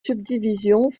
subdivisions